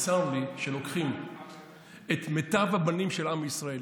וצר לי שלוקחים את מיטב הבנים של עם ישראל.